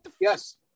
Yes